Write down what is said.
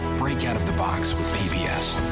break out of the box with pbs.